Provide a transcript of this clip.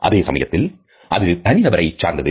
அதே சமயத்தில் அது தனிநபரை சார்ந்தது